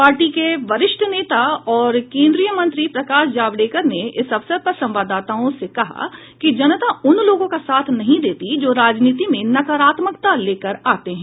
party के वरिष्ठ नेता और केंद्रीय मंत्री प्रकाश जावडेकर ने इस अवसर पर संवाददाताओं से कहा कि जनता उन लोगों का साथ नहीं देती जो राजनीति में नकारात्मकता लेकर आते हैं